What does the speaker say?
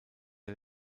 der